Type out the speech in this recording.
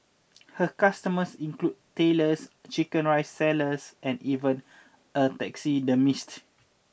her customers include tailors chicken rice sellers and even a taxidermist